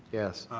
yes.